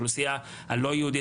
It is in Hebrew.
אוכלוסייה לא יהודית,